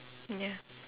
ya